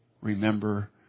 remember